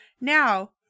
Now